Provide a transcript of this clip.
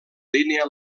línia